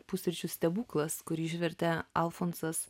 pusryčių stebuklas kurį išvertė alfonsas